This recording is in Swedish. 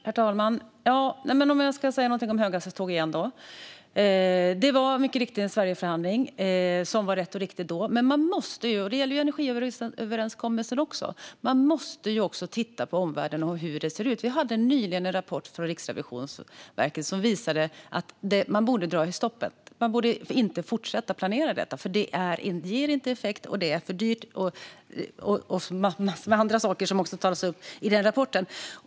Herr talman! Jag ska återigen säga något om höghastighetstågen. Det var mycket riktigt en Sverigeförhandling, som var rätt och riktig då. Men man måste ju - det gäller även energiöverenskommelsen - titta på omvärlden och hur det ser ut. Vi fick nyligen en rapport från Riksrevisionen som visar att man borde dra i nödbromsen. Man borde inte fortsätta planera detta eftersom det inte ger effekt, är för dyrt och en massa andra saker som tas upp i rapporten.